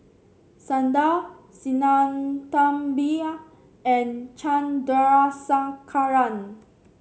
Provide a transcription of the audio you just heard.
Sundar Sinnathamby and Chandrasekaran